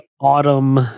autumn